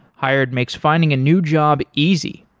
hired makes finding a new job easy.